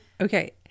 okay